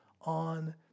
on